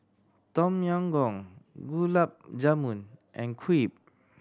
Tom Yam Goong Gulab Jamun and Crepe